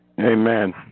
Amen